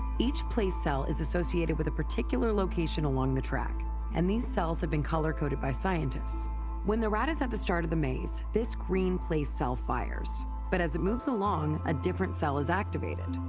each place cell is associated with a particular location along the track and these cells have been color coded by scientists when the rat is at the start of the maze, this green place cell fires but as it moves along, a different cell is activated.